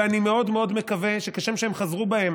ואני מאוד מאוד מקווה שכשם שהן חזרו בהן